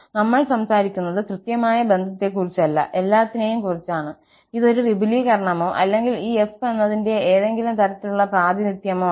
നമ്മൾ സംസാരിക്കുന്നത് കൃത്യമായ ബന്ധത്തെക്കുറിച്ചല്ല എല്ലാത്തിനെയും കുറിച്ചാണ് ഇത് ഒരു വിപുലീകരണമോ അല്ലെങ്കിൽ ഈ f എന്നതിന്റെ ഏതെങ്കിലും തരത്തിലുള്ള പ്രാതിനിധ്യമോ ആണ്